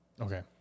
Okay